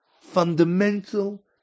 fundamental